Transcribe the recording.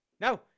no